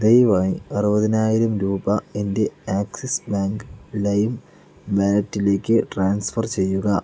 ദയവായി അറുപതിനായിരം രൂപ എൻ്റെ ആക്സിസ് ബാങ്ക് ലൈം വാലറ്റിലേക്ക് ട്രാൻസ്ഫർ ചെയ്യുക